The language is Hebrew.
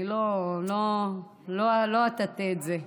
אני לא אטאטא את זה.